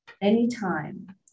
Anytime